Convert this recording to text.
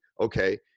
okay